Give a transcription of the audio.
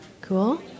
Cool